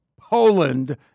Poland